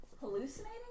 Hallucinating